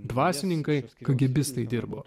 dvasininkai kagėbistai dirbo